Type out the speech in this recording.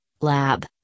lab